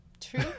True